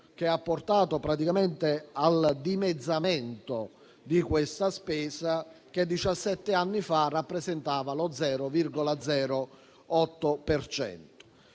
che ha portato praticamente al dimezzamento di questa spesa, che diciassette anni fa ne rappresentava lo 0,08